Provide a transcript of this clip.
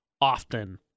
often